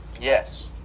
Yes